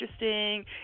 interesting